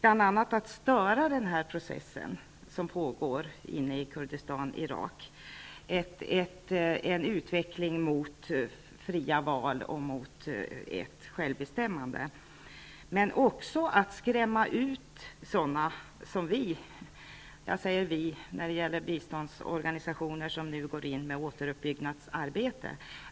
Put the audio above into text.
Det ena är att störa den process som pågår i Kurdistan i Irak, dvs. en utveckling som kan leda till fria val och ett självbestämmande. Det andra syftet är att skrämma ut sådana som vi, och jag säger vi när det gäller de biståndsorganisationer som nu håller på med återuppbyggnadsarbete.